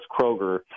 Kroger